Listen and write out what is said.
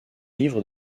livres